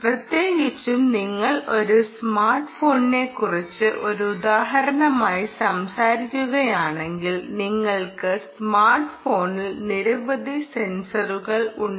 പ്രത്യേകിച്ചും നിങ്ങൾ ഒരു സ്മാർട്ട് ഫോണിനെക്കുറിച്ച് ഒരു ഉദാഹരണമായി സംസാരിക്കുകയാണെങ്കിൽ നിങ്ങൾക്ക് സ്മാർട്ട് ഫോണിൽ നിരവധി സെൻസറുകൾ ഉണ്ട്